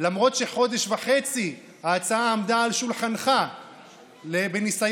למרות שחודש וחצי ההצעה עמדה על שולחנך בניסיון